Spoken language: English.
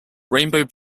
rainbow